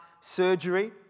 surgery